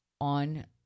on